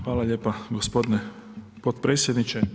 Hvala lijepo gospodine potpredsjedniče.